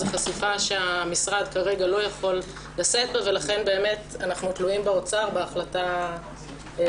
זו חשיפה שהמשרד כרגע לא יכול לשאת בה ולכן אנחנו תלויים בהחלטת האוצר.